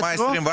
עד מאי 24'?